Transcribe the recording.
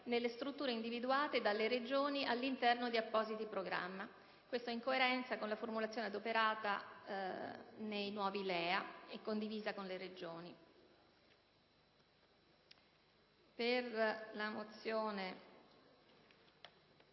nelle strutture individuate dalle Regioni all'interno di apposito programma». Questo in coerenza con la formulazione adoperata nei nuovi LEA e condivisa con le Regioni.